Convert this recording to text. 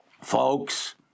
Folks